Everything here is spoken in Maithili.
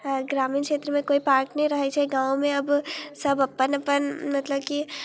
अऽ ग्रामीण क्षेत्रमे कोइ पार्क नहि रहै छै गाममे आब सब अपन अपन मतलब कि